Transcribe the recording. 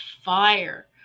fire